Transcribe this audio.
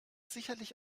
sicherlich